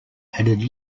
added